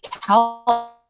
help